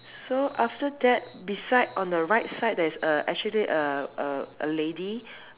so after that beside on the right side there is a actually a a lady